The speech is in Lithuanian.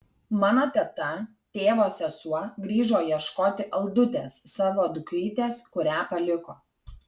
mano teta tėvo sesuo grįžo ieškoti aldutės savo dukrytės kurią paliko